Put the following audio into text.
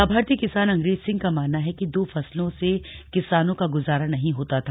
लाभार्थी किसान अंग्रेज सिंह का मानना है की दो फसलों से किसानों का गुजारा नहीं होता था